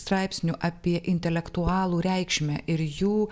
straipsnių apie intelektualų reikšmę ir jų